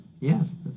Yes